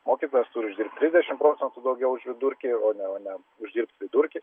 mokytojas turi uždirbt trisdešim procentų daugiau už vidurkį o ne o ne uždirbt vidurkį